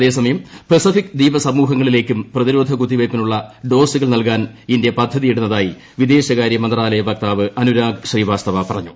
അതേസമയം പസഫിക് ദ്വീപ സമൂഹങ്ങളിലേയ്ക്കും പ്രതിരോധ കുത്തിവയ്പിനുള്ള ഡോസുകൾ നൽകാൻ ഇന്ത്യ പദ്ധതിയിടുന്നതായി വിദേശകാരൃ മന്ത്രാലയ വക്താവ് അനുരാഗ് ശ്രീവാസ്തവ പറഞ്ഞു